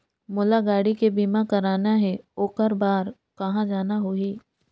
मोला गाड़ी के बीमा कराना हे ओकर बार कहा जाना होही?